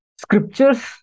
scriptures